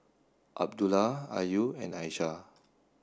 Abdullah Ayu and Aisyah